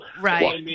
right